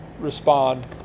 respond